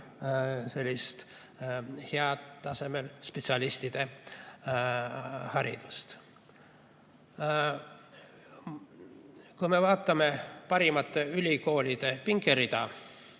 sellist head, tasemel spetsialistide haridust. Kui me vaatame maailma parimate ülikoolide pingerida,